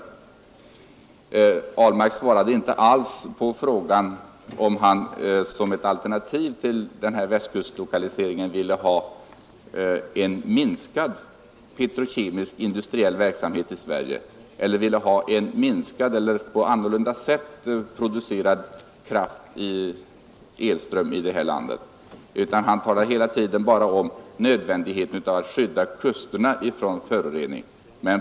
Herr Ahlmark svarade inte alls på frågan om han som ett alternativ till Västkustlokaliseringen ville ha en minskad petrokemisk industriell verksamhet i Sverige eller om han vill ha en minskad eller på annorlunda sätt producerad elkraft i detta land. Han talade bara om nödvändigheten att skydda kusterna från föroreningar.